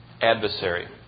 adversary